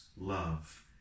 love